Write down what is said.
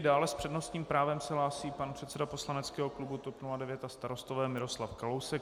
Dále s přednostním právem se hlásí pan předseda poslaneckého klubu TOP 09 a Starostové Miroslav Kalousek.